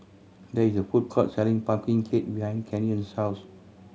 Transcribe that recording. there is a food court selling pumpkin cake behind Canyon's house